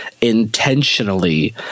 intentionally